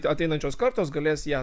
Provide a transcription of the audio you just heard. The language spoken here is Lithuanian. ateinančios kartos galės ją